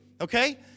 okay